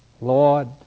Lord